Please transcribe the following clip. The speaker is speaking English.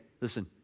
Listen